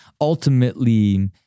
ultimately